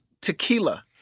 tequila